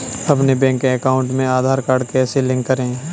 अपने bank account में Aadhaar card कैसे लिंक करें?